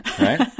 right